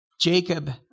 Jacob